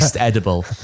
edible